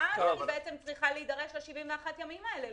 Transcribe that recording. אני צריכה להידרש ל-71 ימים האלה.